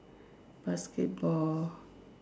basketball